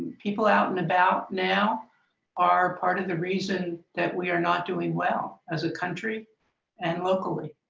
people out and about now are part of the reason that we are not doing well as a country and locally.